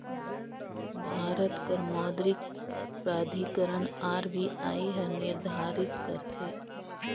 भारत कर मौद्रिक प्राधिकरन आर.बी.आई हर निरधारित करथे